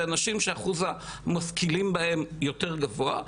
באנשים שאחוז המשכילים בהם יותר גבוה,